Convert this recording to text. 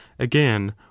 again